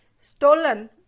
stolen